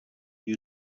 you